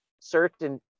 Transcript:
certain